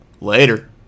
Later